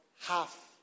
half